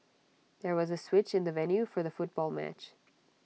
there was A switch in the venue for the football match